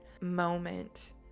moment